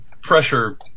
pressure